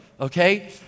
okay